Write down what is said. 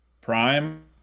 prime